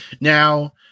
Now